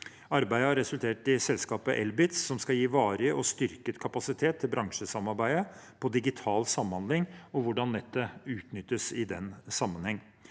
Arbeidet har resultert i selskapet ElBits, som skal gi varig og styrket kapasitet til bransjesamarbeidet på digital samhandling og hvordan nettet utnyttes i den sammenheng.